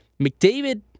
McDavid